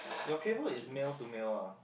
your cable is male to male ah